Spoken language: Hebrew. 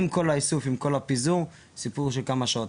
עם כל האיסוף, עם כל הפיזור, סיפור של כמה שעות.